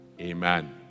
Amen